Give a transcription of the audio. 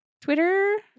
Twitter